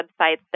websites